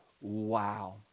wow